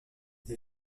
les